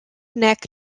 neck